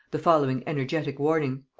the following energetic warning